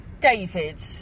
david